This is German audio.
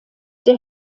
der